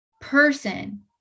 person